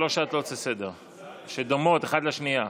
כי זה שלוש הצעות לסדר-היום שדומות האחת לשנייה.